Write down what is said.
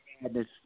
Madness